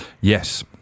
Yes